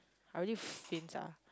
I'll really faints ah